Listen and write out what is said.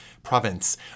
Province